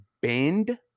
bend